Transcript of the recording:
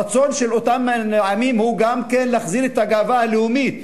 הרצון של אותם עמים הוא גם להחזיר את הגאווה הלאומית,